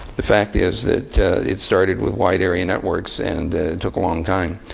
the fact is that it started with wide area networks and took a long time.